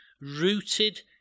rooted